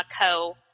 Co